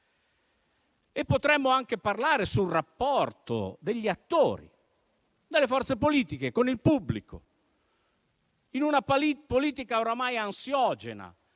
Potremmo anche parlare del rapporto degli attori delle forze politiche con il pubblico, in una politica oramai ansiogena,